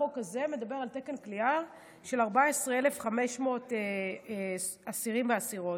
החוק הזה מדבר על תקן כליאה של 14,500 אסירים ואסירות.